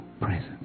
presence